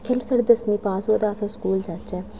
कुसलै साढ़े दसमीं बाह्रमीं पास होऐ ते अस स्कूल जाह्चै